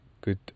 Good